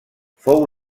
fou